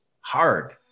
hard